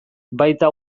baita